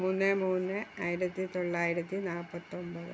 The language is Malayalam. മൂന്ന് മൂന്ന് ആയിരത്തി തൊള്ളായിരത്തി നാൽപ്പത്തൊൻപത്